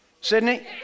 Sydney